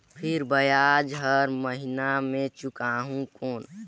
फिर ब्याज हर महीना मे चुकाहू कौन?